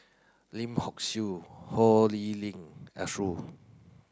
Lim Hock Siew Ho Lee Ling Arasu